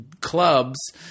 clubs –